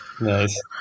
Nice